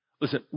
Listen